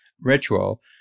ritual